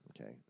Okay